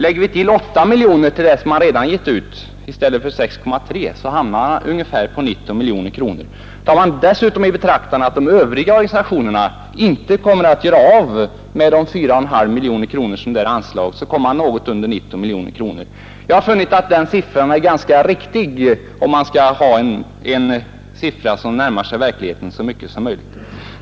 Lägger vi 8 miljoner till det som man redan givit ut i stället för 6,3 miljoner, så hamnar vi på ungefär 19 miljoner. Tar vi dessutom i betraktande att de övriga organisationerna inte kommer att göra av med de 4,5 miljoner kronor som där är anslagna, så kommer vi något under 19 miljoner kronor. Jag har funnit att den siffran är ganska riktig, om man skall närma sig verkligheten så mycket som möjligt.